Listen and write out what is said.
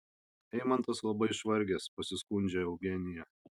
eimantas labai išvargęs pasiskundžia eugenija